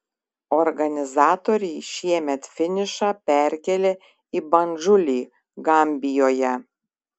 organizatoriai šiemet finišą perkėlė į bandžulį gambijoje